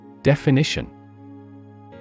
Definition